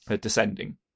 descending